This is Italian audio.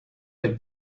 del